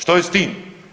Što je s tim?